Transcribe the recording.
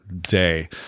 day